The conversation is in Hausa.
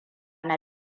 na